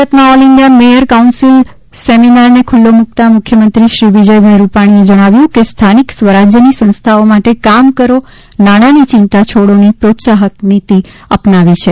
સુરતમાં all India mayor council સેમિનારને ખુલ્લો મુકતા મુખ્યમંત્રી શ્રી વિજય રૂપાણી એ જણાવ્યું છે કે સ્થાનિક સ્વરાજ્યની સંસ્થાઓ માટે કામ કરો નાણાની ચિંતા છોડોની પ્રોત્સાહક નીતિ અપનાવી છે